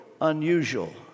unusual